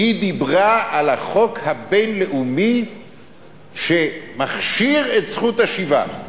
היא דיברה על החוק הבין-לאומי שמכשיר את זכות השיבה.